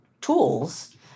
tools